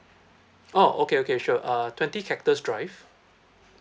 oh okay okay sure uh twenty cactus drive